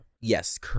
Yes